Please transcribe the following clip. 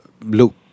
Look